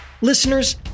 Listeners